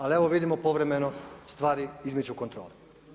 Ali evo vidimo povremeno stvari izmiču kontroli.